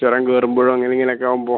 ചൊരം കയറുമ്പഴങ്ങനിങ്ങനക്കാവുമ്പോൾ